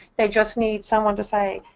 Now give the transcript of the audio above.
they just need someone to say,